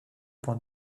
point